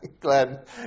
Glad